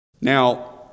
Now